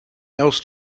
else